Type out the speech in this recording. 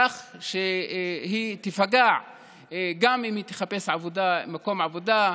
כך שהיא תיפגע גם אם היא תחפש מקום עבודה,